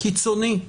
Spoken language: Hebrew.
קיצוני